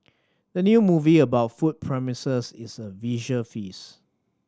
the new movie about food promises is a visual feast